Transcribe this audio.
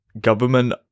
government